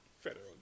federal